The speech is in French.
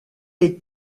est